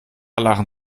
lachen